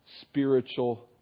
spiritual